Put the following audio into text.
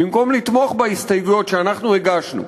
במקום לתמוך בהסתייגויות שאנחנו הגשנו,